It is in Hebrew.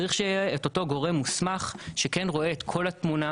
צריך שיהיה את אותו גורם מוסמך שכן רואה את כל התמונה,